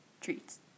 treats